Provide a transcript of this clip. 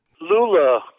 Lula